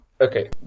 Okay